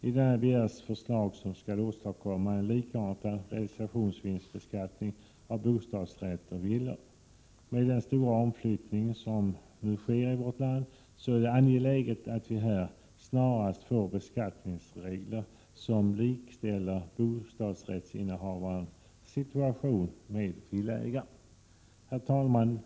I denna begärs förslag som skall åstadkomma en likartad realisationsvinstbeskattning av bostadsrätter och villor. Med den stora omflyttning som pågår är det angeläget att vi snarast får beskattningsregler som likställer bostadsrättsinnehavare med villaägare. 9” Vissa frågor inför all Herr talman!